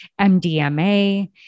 MDMA